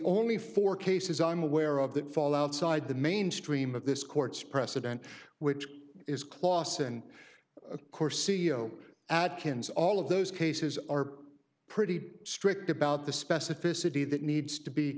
only four cases i'm aware of that fall outside the mainstream of this court's precedent which is clawson of course c e o adkins all of those cases are pretty strict about the specificity that needs to be